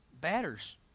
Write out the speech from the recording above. batters